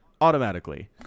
automatically